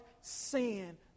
sin